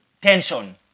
tension